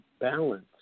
balance